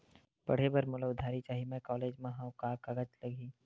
पढ़े बर मोला उधारी चाही मैं कॉलेज मा हव, का कागज लगही?